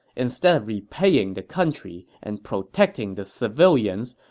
instead of repaying the country and protecting the civilians,